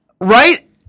Right